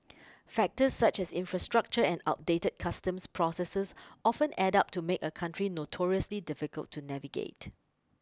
factors such as infrastructure and outdated customs processes often add up to make a country notoriously difficult to navigate